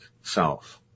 self